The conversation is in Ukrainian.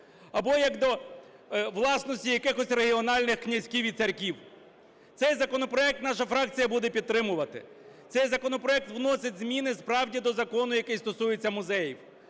або як до власності якихось регіональних князьків і царьків. Цей законопроект наша фракція буде підтримувати. Цей законопроект вносить зміни справді до закону, який стосується музеїв.